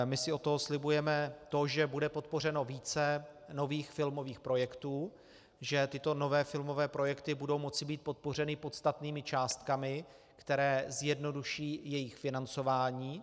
My si od toho slibujeme to, že bude podpořeno více nových filmových projektů, že tyto nové filmové projekty budou moci být podpořeny podstatnými částkami, které zjednoduší jejich financování.